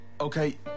Okay